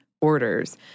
orders